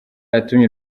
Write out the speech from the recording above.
yatumye